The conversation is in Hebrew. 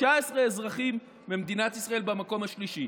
19 אזרחים במדינת ישראל במקום השלישי.